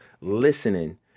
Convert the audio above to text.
listening